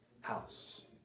house